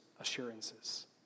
assurances